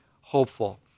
hopeful